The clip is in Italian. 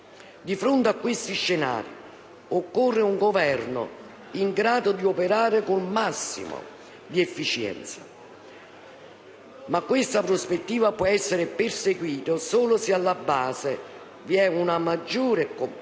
Di fronte a questi scenari occorre un Governo in grado dì operare con il massimo di efficienza, ma questa prospettiva può essere perseguita solo se alla base vi è una maggioranza compatta e